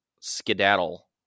skedaddle